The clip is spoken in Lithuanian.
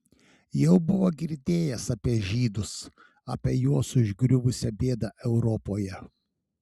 jau buvo girdėjęs apie žydus apie juos užgriuvusią bėdą europoje